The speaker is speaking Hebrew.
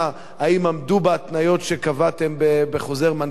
האם עמדו בהתניות שקבעתם בחוזר מנכ"ל,